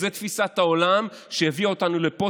זו תפיסת העולם שהביאה אותנו לפה,